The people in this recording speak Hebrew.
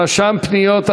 רשם פניות),